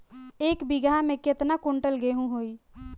एक बीगहा में केतना कुंटल गेहूं होई?